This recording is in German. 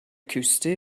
küste